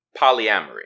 polyamory